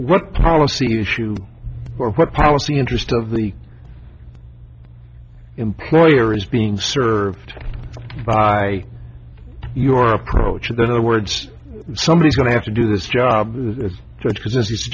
what policy issue or what policy interest of the employer is being served by your approach then other words somebody's going to have to do this job as such because